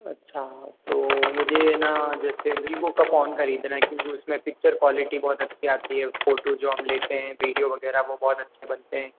अच्छा तो मुझे न जैसे वीवो का फोन खरीदना है क्योंकि उसमें पिक्चर क्वालिटी बहुत अच्छी आती है फोटो जो हम लेते हैं वीडियो वगैरह वो बहुत अच्छा बनते हैं